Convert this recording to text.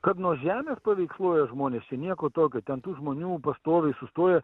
kad nuo žemės paveiksluoja žmonės čia nieko tokio ten tų žmonių pastoviai sustoja